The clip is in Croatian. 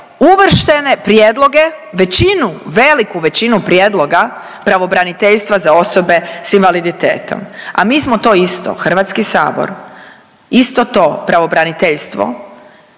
uvrštene prijedloge većinu, veliku većinu prijedloga pravobraniteljstva za osobe s invaliditetom. A mi smo to isto HS, isto to pravobraniteljstvo